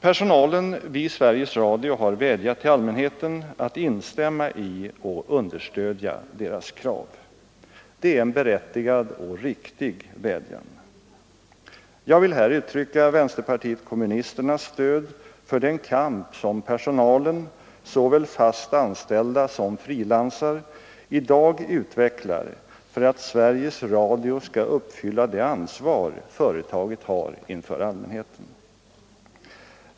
Personalen vid Sveriges Radio har vädjat till allmänheten att instämma i och understödja dess krav. Det är en berättigad och riktig vädjan. Jag vill här uttrycka vänsterpartiet kommunisternas stöd för den kamp som personalen, såväl fast anställda som frilansar, i dag utvecklar för att Sveriges Radio skall uppfylla det ansvar företaget har inför allmänheten.